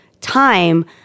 time